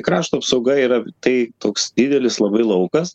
krašto apsauga yra tai toks didelis labai laukas